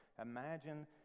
Imagine